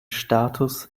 status